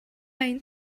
این